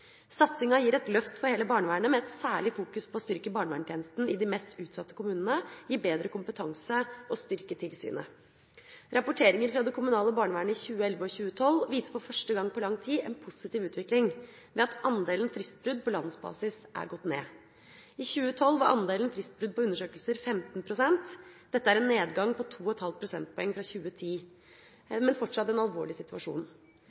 Satsinga gir et løft for hele barnevernet, med et særlig fokus på å styrke barnevernstjenesten i de mest utsatte kommunene, gi bedre kompetanse og styrke tilsynet. Rapporteringer fra det kommunale barnevernet i 2011 og 2012 viser for første gang på lang tid en positiv utvikling ved at andelen fristbrudd på landsbasis er gått ned. I 2012 var andelen fristbrudd på undersøkelser 15 pst. Dette er en nedgang på 2,5 prosentpoeng fra 2010, men det er fortsatt en alvorlig situasjon.